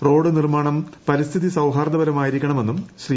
road നിർമ്മാണം പരിസ്ഥിതി സൌഹാർദപരമായിരിക്കണമെന്നും ശ്രീ